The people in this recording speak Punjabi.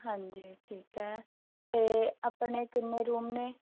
ਹਾਂਜੀ ਠੀਕ ਹੈ ਅਤੇ ਆਪਣੇ ਕਿੰਨੇ ਰੂਮ ਨੇ